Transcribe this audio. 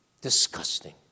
disgusting